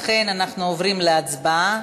ולכן אנחנו עוברים להצבעה.